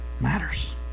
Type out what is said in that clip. matters